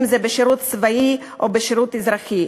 אם זה בשירות צבאי ואם זה בשירות אזרחי.